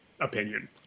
opinion